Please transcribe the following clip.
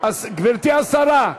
גברתי השרה,